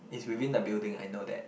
it's within the building I know that